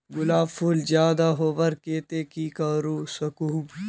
गुलाब फूल ज्यादा होबार केते की करवा सकोहो ही?